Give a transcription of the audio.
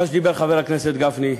מה שאמר חבר הכנסת גפני,